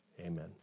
amen